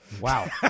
Wow